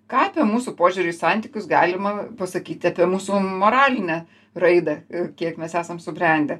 ką apie mūsų požiūrį į santykius galima pasakyti apie mūsų moralinę raidą kiek mes esam subrendę